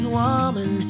woman